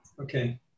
Okay